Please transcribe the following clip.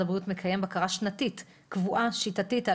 הבריאות מקיים בקרה שנתית קבועה ושיטתית על